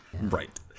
right